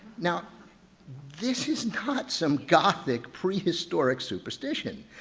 now this is not some gothic prehistoric superstition.